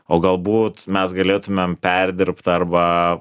o galbūt mes galėtumėm perdirbt arba